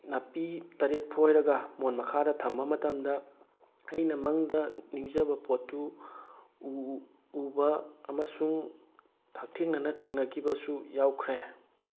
ꯅꯥꯄꯤ ꯇꯔꯦꯠ ꯐꯣꯏꯔꯒ ꯃꯣꯟ ꯃꯈꯥꯗ ꯊꯝꯕ ꯃꯇꯝꯗ ꯑꯩꯅ ꯃꯪꯗ ꯅꯤꯡꯖꯕ ꯄꯣꯠꯇꯨ ꯎꯕ ꯑꯃꯁꯨꯡ ꯍꯛꯊꯦꯡꯅꯅ ꯊꯦꯡꯅꯈꯤꯕꯁꯨ ꯌꯥꯎꯈ꯭ꯔꯦ